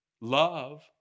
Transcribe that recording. love